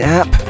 app